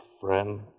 friend